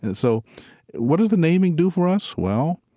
and so what does the naming do for us? well,